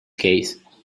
case